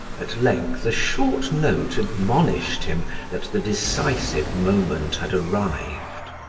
at length a short note admonished him that the decisive moment had arrived.